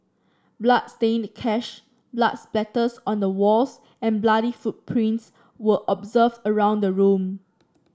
bloodstained cash blood splatters on the walls and bloody footprints were observed around the room